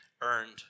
earned